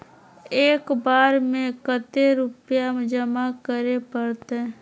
एक बार में कते रुपया जमा करे परते?